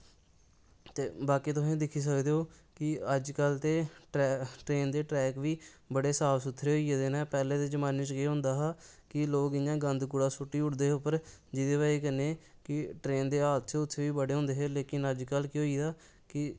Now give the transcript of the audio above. ते बाकी तोहें दिक्खी सकदे ओ कि अज्जकल ते ट्रैक ट्रेन दे ट्रैक बी बड़े साफ सुथरे होई ए दे न पैह्ले दे जमाने बिच केह् होंदा हा कि लोग इ'यां गंद कूड़ा सुट्टी ऊड़दे हे उप्पर जेह्दी वजह् कन्नै कि ट्रेन दे हादसे बड़े होंदे हे लेकिन अज्ज ल के् होई ए दा की